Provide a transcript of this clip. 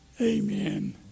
Amen